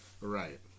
Right